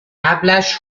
قبلش